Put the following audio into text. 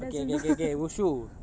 okay okay okay okay wushu